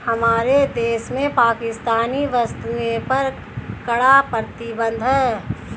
हमारे देश में पाकिस्तानी वस्तुएं पर कड़ा प्रतिबंध हैं